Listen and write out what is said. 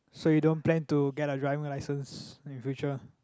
so you don't plan to get a driving license in future